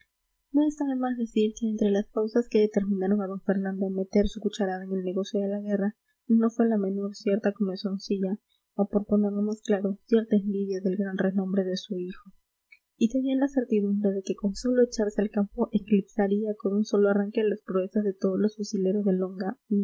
no está de más decir que entre las causas que determinaron a d fernando a meter su cucharada en el negocio de la guerra no fue la menor cierta comenzoncilla o por ponerlo más claro cierta envidia del gran renombre de su hijo y tenía la certidumbre de que con sólo echarse al campo eclipsaría con un solo arranque las proezas de todos los fusileros de longa